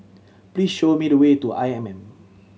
please show me the way to I M M